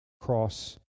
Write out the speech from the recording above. cross